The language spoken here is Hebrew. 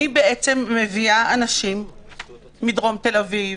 אני מביאה אנשים מדרום תל אביב,